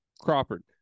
Crawford